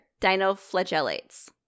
dinoflagellates